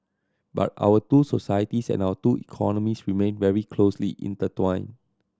but our two societies and our two economies remained very closely intertwined